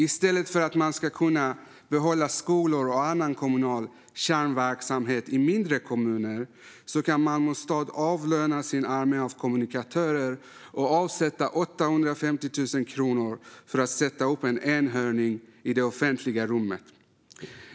I stället för att man ska kunna behålla skolor och annan kommunal kärnverksamhet i mindre kommuner kan Malmö stad avlöna sin armé av kommunikatörer och avsätta 850 000 kronor för att sätta upp en enhörning i det offentliga rummet.